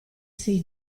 sei